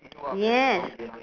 yes